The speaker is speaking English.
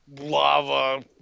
lava